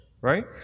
right